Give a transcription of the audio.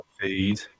feed